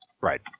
Right